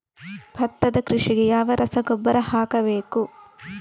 ಭತ್ತದ ಕೃಷಿಗೆ ಯಾವ ರಸಗೊಬ್ಬರ ಹಾಕಬೇಕು?